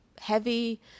heavy